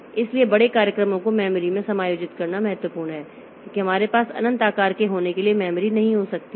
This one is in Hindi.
इसलिए बड़े कार्यक्रमों को मेमोरी में समायोजित करना बहुत महत्वपूर्ण है क्योंकि हमारे पास अनंत आकार के होने के लिए मेमोरी नहीं हो सकती है